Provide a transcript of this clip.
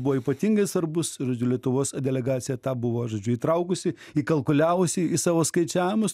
buvo ypatingai svarbus žodžiu lietuvos delegacija tą buvo žodžiu įtraukusi įkalkuliavusi į savo skaičiavimus